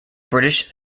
british